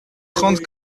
trente